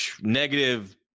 Negative